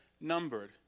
numbered